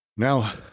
Now